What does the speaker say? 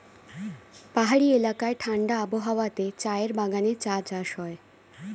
পাহাড়ি এলাকায় ঠাণ্ডা আবহাওয়াতে চায়ের বাগানে চা চাষ হয়